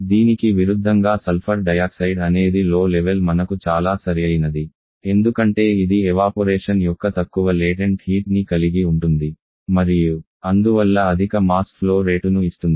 దీనికి విరుద్ధంగా sulphur dioxide అనేది లో లెవెల్ మనకు చాలా సరిఅయినది ఎందుకంటే ఇది ఎవాపొరేషన్ యొక్క తక్కువ లేటెంట్ హీట్ ని కలిగి ఉంటుంది మరియు అందువల్ల అధిక మాస్ ఫ్లో రేటును ఇస్తుంది